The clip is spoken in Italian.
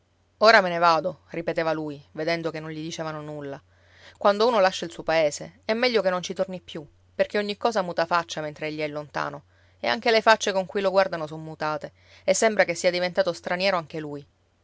ora me ne vado ripeteva lui vedendo che non gli dicevano nulla quando uno lascia il suo paese è meglio che non ci torni più perché ogni cosa muta faccia mentre egli è lontano e anche le faccie con cui lo guardano son mutate e sembra che sia diventato straniero anche lui